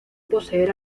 poseer